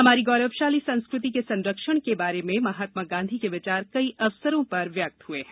हमारी गौरवशाली संस्कृति के संरक्षण के बारे में महात्मा गांधी के विचार कई अवसरों पर व्यक्त हुए हैं